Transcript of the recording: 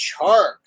Chark